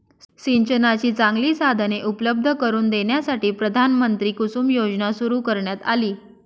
सिंचनाची चांगली साधने उपलब्ध करून देण्यासाठी प्रधानमंत्री कुसुम योजना सुरू करण्यात आली